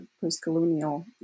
post-colonial